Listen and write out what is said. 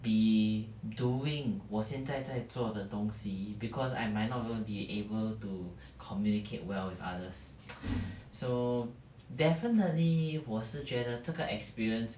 be doing 我现在在做的东西 because I might even be able to communicate well with others so definitely 我是觉得这个 experience